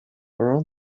around